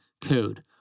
code